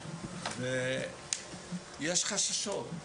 ויש חששות.